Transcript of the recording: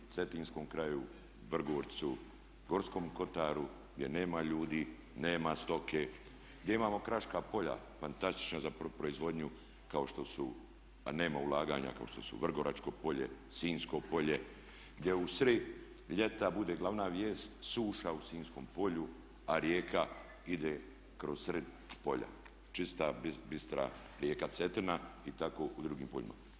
Cetinskom kraju, Vrgorcu, Gorskom kotaru gdje nema ljudi, nema stoke, gdje imamo kraška polja fantastična za proizvodnju kao što su, a nema ulaganja kao što Vrgoračko polje, Sinjsko polje, gdje u sred ljeta bude glavna vijest suša u Sinjskom polju a rijeka ide kroz sred polja, čista bistra rijeka Cetina i tako i u drugim poljima.